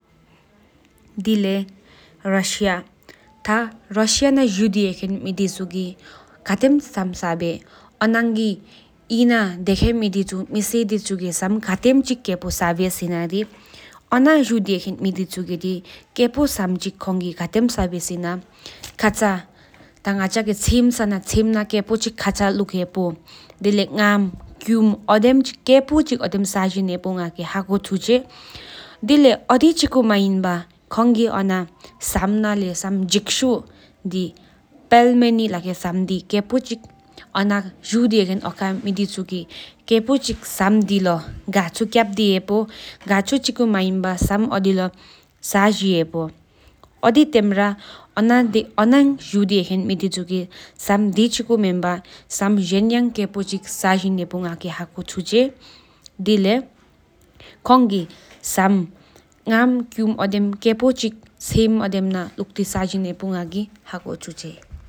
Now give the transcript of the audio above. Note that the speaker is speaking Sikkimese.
རུ་སུའི་ཐང་རུ་སུ་ནཱ་ཧེག་ཧེན་མེ་དེ་ཆུ་གྱི་སམ་ཁ་ཐེམ་ས་བེེ་སེ་ན་སམ་ན་ཁ་ཆ་ཀཔོ་ཐེཔོ་ཁྱུམ་ངམ་ཨོདེམ་སམ་དི་ཀཔོ་ས་ཇིན་ཧེཔོ་དུ་། དི་ལེ་ཡི་སམ་ན་ལེ་ཡི་ཁོང་གི་ཕེལ་མེ་ནི་ལབ་ཁོན་སམ་དི་ས་ཧེེབ་དུ་། སམ་དེ་ཆི་ཀོ་དམན་བའི་སམ་ཇེན་ཡ་ས་ཇིན་ཧེེབ་གྷ་གི་ཧ་ཀོ་ཆུ་ཆེ་།